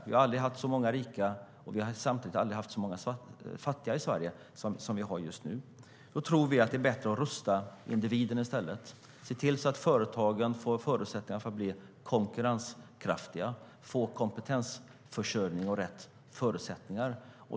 Vi har aldrig haft så många rika men heller aldrig så många fattiga i Sverige som just nu. Vi tror att det är bättre att rusta individen i stället och se till att företagen får förutsättningar att bli konkurrenskraftiga, se till att de får kompetensförsörjning och rätt förutsättningar.